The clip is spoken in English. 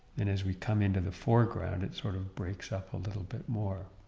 and as we come into the foreground it sort of breaks up a little bit more.